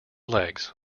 legs